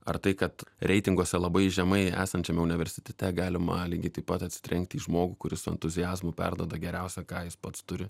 ar tai kad reitinguose labai žemai esančiame universitete galima lygiai taip pat atsitrenkti į žmogų kuris su entuziazmu perduoda geriausia ką jis pats turi